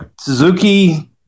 Suzuki